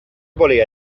volia